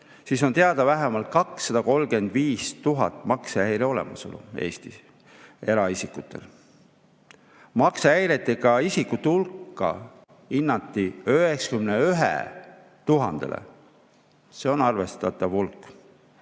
Eestis on teada vähemalt 235 000 maksehäire olemasolu, eraisikutel. Maksehäiretega isikute hulka hinnati 91 000-le. See on arvestatav hulk.